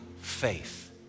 faith